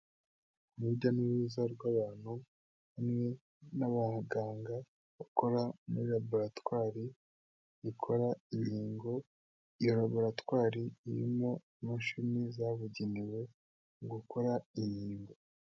Urujya n'uruza rw'abantu, hamwe n'abaganga bakora muri laboratwari ikora inkingo, iyo laboratwari irimo imashini zabugenewe mu gukora inkingo.